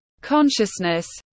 consciousness